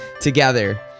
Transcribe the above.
together